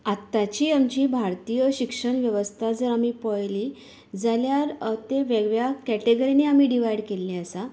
आत्ताची आमचीं भारतीय शिक्षण वेवस्था जर आमी पळयली जाल्यार तें वेगळ्या केटेगरींनी आमी डिव्हायड केल्ली आसा